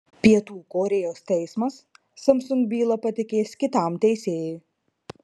pietų korėjos teismas samsung bylą patikės kitam teisėjui